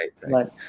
right